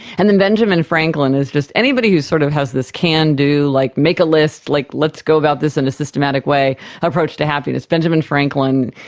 and then benjamin franklin is just, anybody who sort of has this can do, like make a list, like let's go about this in a systematic way approach to happiness, benjamin franklin,